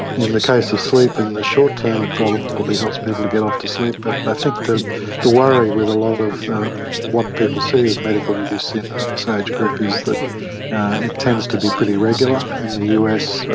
in the case of sleep in the short term it probably helps people to get off to sleep, but i think the the worry with a lot of what people see as medical use in in this age group is that it tends to be pretty regular. in the us,